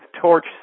Torch